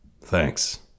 Thanks